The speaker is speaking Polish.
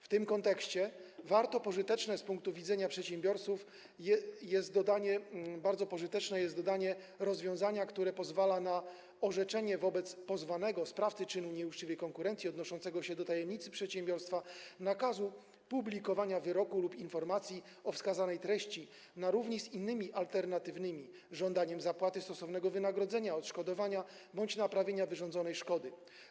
W tym kontekście bardzo pożyteczne z punktu widzenia przedsiębiorców jest dodanie rozwiązania, które pozwala na orzeczenie wobec pozwanego, tj. sprawcy czynu nieuczciwej konkurencji odnoszącego się do tajemnicy przedsiębiorstwa, nakazu publikowania wyroku lub informacji o wskazanej treści na równi z innymi, alternatywnymi: żądaniem zapłaty stosownego wynagrodzenia, odszkodowania bądź naprawienia wyrządzonej szkody.